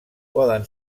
poden